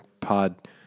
Pod